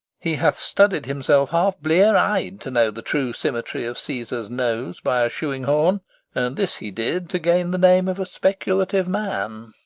he hath studied himself half blear-eyed to know the true symmetry of caesar's nose by a shoeing-horn and this he did to gain the name of a speculative man.